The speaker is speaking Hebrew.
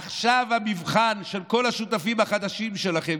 עכשיו המבחן של כל השותפים החדשים שלכם,